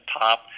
top